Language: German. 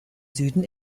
süden